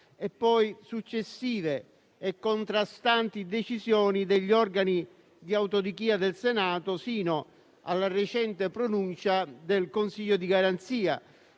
e poi successive e contrastanti decisioni degli organi di autodichia del Senato, sino alla recente pronuncia del Consiglio di garanzia,